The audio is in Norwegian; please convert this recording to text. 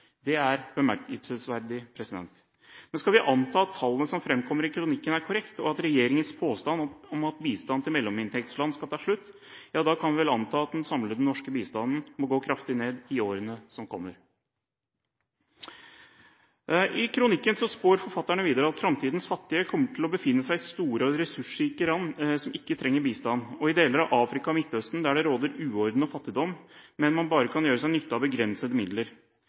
Det er bemerkelsesverdig. Men skal vi anta at tallene som framkommer i kronikken er korrekte, og at regjeringens påstand om at bistand til mellominntektsland skal ta slutt, ja da kan vi vel anta at den samlede norske bistanden må gå kraftig ned i årene som kommer. I kronikken spår forfatterne videre at framtidens fattige kommer til å befinne seg i store og ressursrike land som ikke trenger bistand, og i deler av Afrika og Midtøsten der det råder uorden og fattigdom, og der man bare kan gjøre seg nytte av begrensede midler.